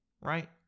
right